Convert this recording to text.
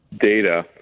data